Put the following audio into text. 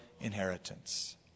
inheritance